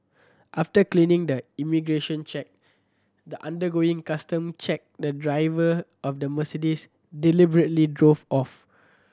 after clearing the immigration check the undergoing custom check the driver of the Mercedes deliberately drove off